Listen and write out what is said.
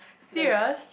serious